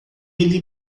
ele